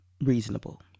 reasonable